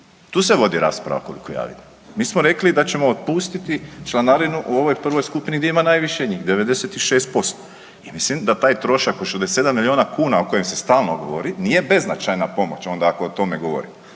tu se vodi rasprava .../Govornik se ne razumije./... Mi smo rekli da ćemo otpustiti članarinu u ovoj prvoj skupini gdje ima najviše njih, 96% i mislim da taj trošak od 67 milijuna kuna o kojima se stalno govori, nije beznačajna pomoć onda ako o tome govorimo.